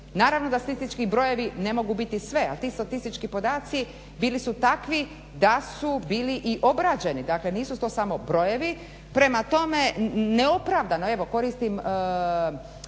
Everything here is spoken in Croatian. Naravno da statistički brojevi ne mogu biti sve, a ti statistički podaci bili su takvi da su bili i obrađeni, dakle nisu to samo brojevi, prema tome neopravdano, evo koristim